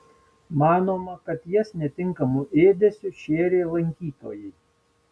manoma kad jas netinkamu ėdesiu šėrė lankytojai